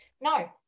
No